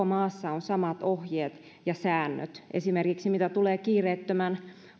maassa on samat ohjeet ja säännöt esimerkiksi mitä tulee kiireettömän